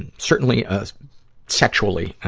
and certainly sexually, ah,